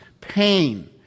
Pain